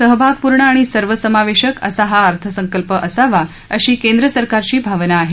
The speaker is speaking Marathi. सहभागपूर्ण आणि सर्वसमावेशक असा हा अर्थसंकल्प असावा अशी केंद्र सरकारची भावना आहे